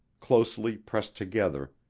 closely pressed together,